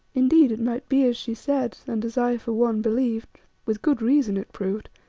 indeed, it might be as she said, and as i for one believed, with good reason, it proved,